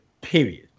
Period